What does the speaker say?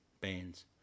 bands